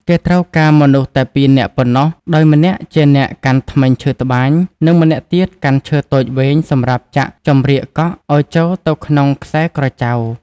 គេត្រូវការមនុស្សតែពីរនាក់ប៉ុណ្ណោះ ដោយម្នាក់ជាអ្នកកាន់ធ្មេញឈើត្បាញ និងម្នាក់ ទៀតកាន់ឈើតូចវែងសំរាប់ចាក់ចំរៀកកក់អោយចូលទៅក្នុងខ្សែក្រចៅ ។